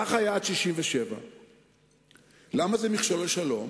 כך היה עד 1967. למה זה מכשול לשלום?